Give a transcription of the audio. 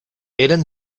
eren